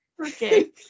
okay